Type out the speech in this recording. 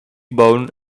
bone